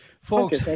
Folks